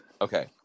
Okay